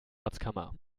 vorratskammer